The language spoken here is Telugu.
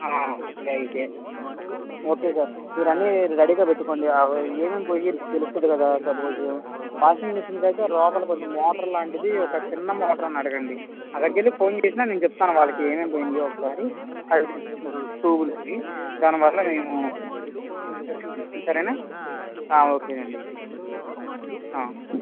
ఓకే అయితే ఓకే సార్ మీరు అన్నీ రెడీగా పెట్టుకోండి ఏమేమి పోయాయి మీకు తెలుస్తుంది కదా సప్పొజ్ వాషింగ్ మెషిన్కి అయితే లోపల కొంచెం మోటర్ లాంటిది ఒక చిన్న మోటార్ అని అడగండి అక్కడికి వెళ్ళి ఫోన్ చేసినా నేను చెప్తాను వాళ్ళకి ఏమేమి పోయినాయో ఒకసారి ట్యూబులు అవి దాని వల్ల నేను సరేనా ఓకే అండీ అయితే